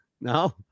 No